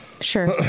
Sure